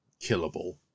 killable